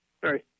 sorry